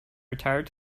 retired